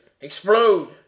Explode